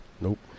Nope